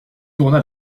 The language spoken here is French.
tourna